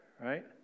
right